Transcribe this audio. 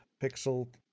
Pixel